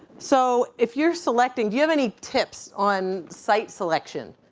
so, if you're selecting do you have any tips on site selection?